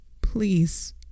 Please